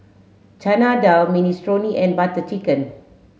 Chana Dal Minestrone and Butter Chicken